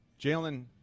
Jalen